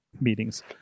meetings